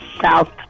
South